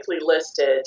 listed